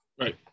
Right